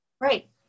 Right